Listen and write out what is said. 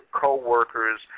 coworkers